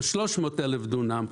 או 300 אלף דונם,